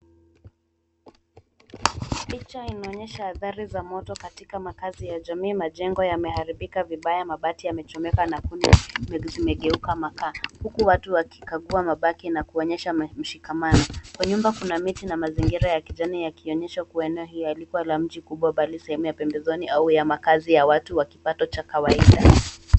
Picha inaonyesha athari za moto katika makazi ya jamii. Majengo yameharibika vibaya. Mabati yamechomeka na kuni zimegeuka makaa huku watu wakikagua mabaki na kuonyesha mshikamano. Kwa nyumba kuna miti na mazingira ya kijani yakionyesha kuwa eneo hili yalipwa la mji kubwa bali sehemu ya pembezoni au ya makazi ya watu wa kipato cha kawaida.